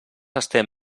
estem